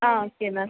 ஆ சரி மேம்